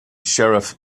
sheriff